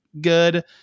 good